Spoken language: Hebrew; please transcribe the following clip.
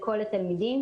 לכל התלמידים,